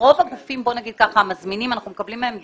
רוב הגופים המזמינים, אנחנו מקבלים מהם דיווחים.